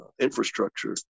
infrastructure